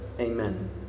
Amen